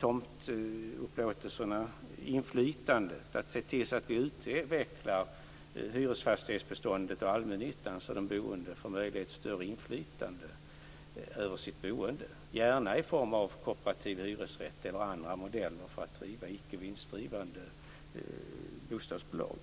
tomtupplåtelserna och inflytande, dvs. att se till att vi utvecklar hyresfastighetsbeståndet och allmännyttan så att de boende får möjlighet till större inflytande över sitt boende, gärna i form av kooperativ hyresrätt eller andra modeller för att driva icke vinstdrivande bostadsbolag.